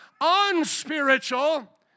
unspiritual